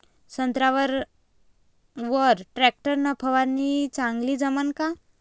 संत्र्यावर वर टॅक्टर न फवारनी चांगली जमन का?